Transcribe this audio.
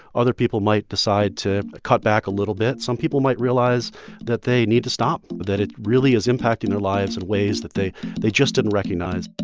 other people might decide to cut back a little bit some people might realize that they need to stop, that it really is impacting their lives in ways that they they just didn't recognize but